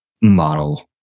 model